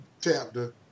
chapter